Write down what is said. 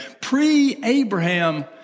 Pre-Abraham